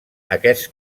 aquest